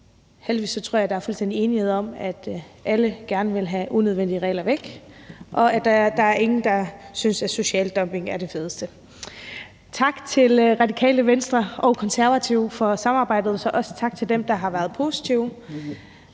Heldigvis tror jeg at der er fuldstændig enighed om, at alle gerne vil have unødvendige regler væk, og at der ikke er nogen, der synes, at social dumping er det fedeste. Tak til Radikale Venstre og Konservative for samarbejdet, og også tak til dem, der har været positive.